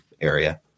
area